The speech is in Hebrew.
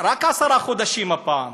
רק עשרה חודשים הפעם.